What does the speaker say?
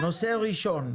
נושא ראשון.